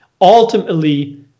ultimately